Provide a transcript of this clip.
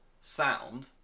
sound